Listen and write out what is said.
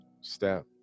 step